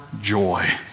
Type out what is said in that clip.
joy